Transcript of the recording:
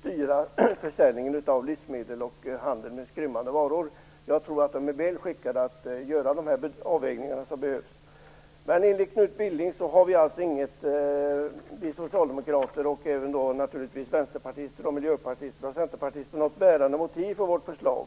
styra försäljningen av livsmedel och handeln med skrymmande varor. Jag tror att de är väl skickade att göra de avvägningar som behövs. Men enligt Knut Billing har inte vi socialdemokrater, och naturligtvis inte heller vänsterpartister, miljöpartister och centerpartister, något bärande motiv för vårt förslag.